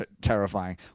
terrifying